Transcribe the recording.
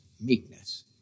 meekness